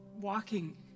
walking